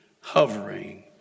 hovering